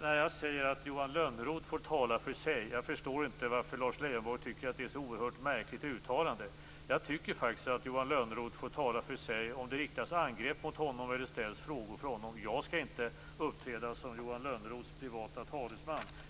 Jag säger att Johan Lönnroth får tala för sig. Jag förstår inte varför Lars Leijonborg tycker att det är ett så oerhört märkligt uttalande. Jag tycker faktiskt att Johan Lönnroth får tala för sig om det riktas angrepp mot honom eller ställs frågor till honom. Jag skall inte uppträda som Johan Lönnroths privata talesman.